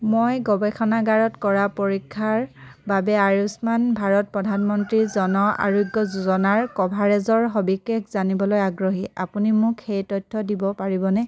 মই গৱেষণাগাৰত কৰা পৰীক্ষাৰ বাবে আয়ুষ্মান ভাৰত প্ৰধানমন্ত্ৰী জন আৰোগ্য যোজনাৰ কভাৰেজৰ সবিশেষ জানিবলৈ আগ্ৰহী আপুনি মোক সেই তথ্য দিব পাৰিবনে